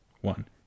one